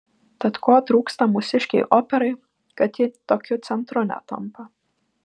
tad ko trūksta mūsiškei operai kad ji tokiu centru netampa